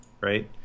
right